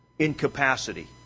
Incapacity